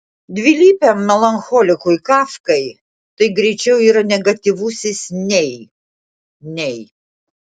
dvilypiam melancholikui kafkai tai greičiau yra negatyvusis nei nei